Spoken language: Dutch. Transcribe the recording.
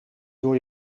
door